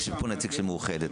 יש פה נציג של מאוחדת,